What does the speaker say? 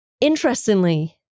Interestingly